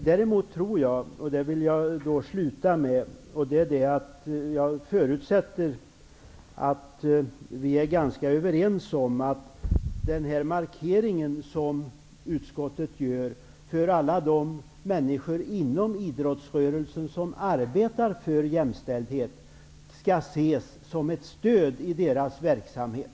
Däremot förutsätter jag att vi är ganska överens om att den markering som utskottet gör för alla människor inom idrottsrörelsen som arbetar för jämställdhet skall ses som ett stöd i deras verksamhet.